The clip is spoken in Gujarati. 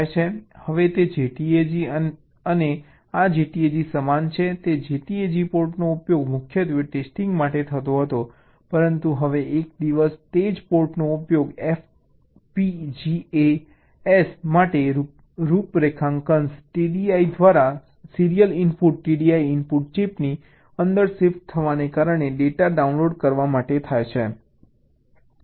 હવે તે JTAG અને આ JTAG સમાન છે તે JTAG પોર્ટનો ઉપયોગ મુખ્યત્વે ટેસ્ટિંગ માટે થતો હતો પરંતુ હવે એક દિવસ તે જ પોર્ટનો ઉપયોગ FPGAs માટે રૂપરેખાંકન TDI દ્વારા સીરીયલ ઇનપુટ TDI ઇનપુટ ચિપની અંદર શિફ્ટ થવાને કારણે ડેટા ડાઉનલોડ કરવા માટે થાય છે